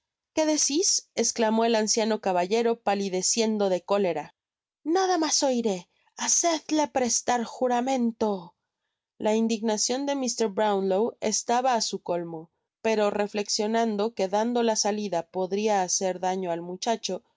que decis esclamó el anciano caballero palideciendo de cólera haced prestar juramento á ese hombre dijo mr fang al escribano nada mas oiré hacedle prestar juramento la indignacion de mr brownlow estaba á su colmo pero reflecsionando que dándola salida podria hacer daño al muchacho